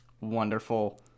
Wonderful